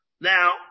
Now